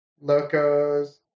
Locos